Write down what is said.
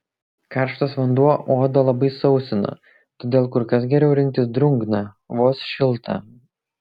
karštas vanduo odą labai sausina todėl kur kas geriau rinktis drungną vos šiltą